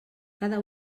cada